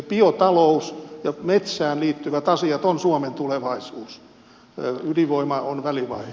biotalous ja metsään liittyvät asiat ovat suomen tulevaisuus ydinvoima on välivaihe